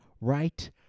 right